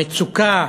המצוקה